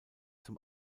zum